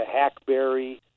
Hackberry